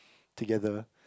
together